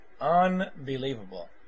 Unbelievable